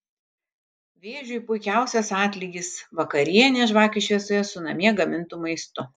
vėžiui puikiausias atlygis vakarienė žvakių šviesoje su namie gamintu maistu